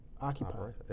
occupied